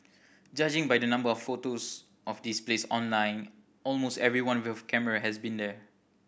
judging by the number of photos of this place online almost everyone with a camera has been here